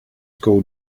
school